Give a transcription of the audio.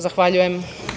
Zahvaljujem.